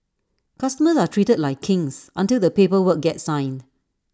customers are treated like kings until the paper work gets signed